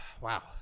wow